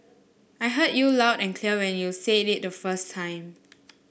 I heard you loud and clear when you said it the first time